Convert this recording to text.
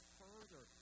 further